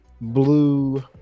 Blue